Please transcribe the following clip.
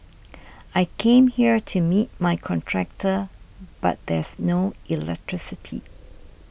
I came here to meet my contractor but there's no electricity